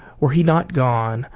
were he not gone,